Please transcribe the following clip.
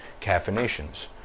caffeinations